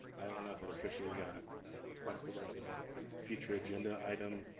but i don't know if it officially got requested as a future agenda item.